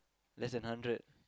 less than hundred